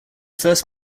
first